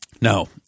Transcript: No